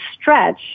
stretch